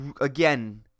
again